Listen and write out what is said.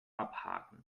abhaken